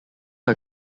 are